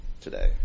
today